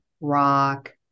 rock